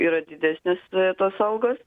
yra didesnės tos algos